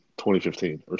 2015